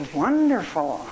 wonderful